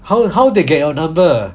how how they get your number